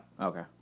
Okay